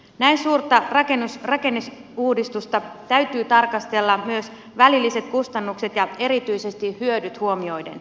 näin suurta rakenneuudistusta täytyy tarkastella myös välilliset kustannukset ja erityisesti hyödyt huomioiden